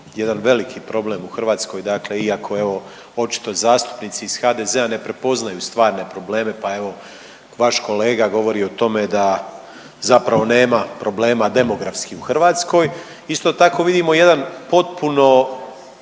jedan veliki problem u Hrvatskoj dakle evo iako očito zastupnici iz HDZ-a ne prepoznaju stvarne probleme, pa evo vaš kolega govori o tome da zapravo nema problema demografskih u Hrvatskoj. Isto tako vidimo jedan potpuno